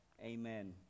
Amen